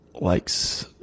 likes